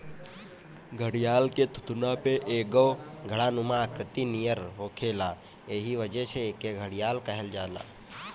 घड़ियाल के थुथुना पे एगो घड़ानुमा आकृति नियर होखेला एही वजह से एके घड़ियाल कहल जाला